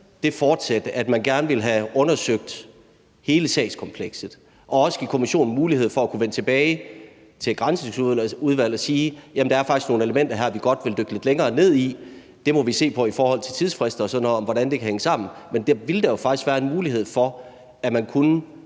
det forsæt, at man gerne ville have undersøgt hele sagskomplekset og også give kommissionen mulighed for at kunne vende tilbage til Granskningsudvalget og sige: Jamen der er faktisk nogle elementer her, vi godt vil dykke lidt længere ned i; vi må se på i forhold til tidsfrister og sådan noget, hvordan det kan hænge sammen, så ville der jo faktisk være en mulighed for, at man kunne